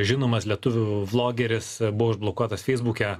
žinomas lietuvių vlogeris buvo užblokuotas feisbuke